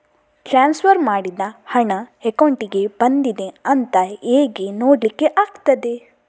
Transfer ಮಾಡಿದ ಹಣ ಅಕೌಂಟಿಗೆ ಬಂದಿದೆ ಅಂತ ಹೇಗೆ ನೋಡ್ಲಿಕ್ಕೆ ಆಗ್ತದೆ?